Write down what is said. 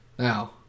Now